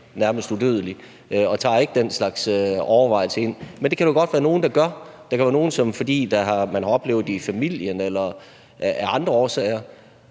nærmest udødelig og tager ikke den slags overvejelser ind. Men det kan der godt være nogle der gør. Der kan være nogle, der – fordi man har oplevet det i familien eller af andre årsager